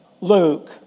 Luke